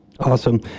Awesome